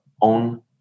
own